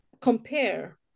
compare